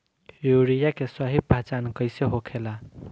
Urea के सही पहचान कईसे होखेला?